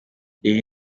iyi